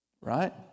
Right